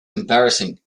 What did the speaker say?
embarrassing